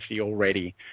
already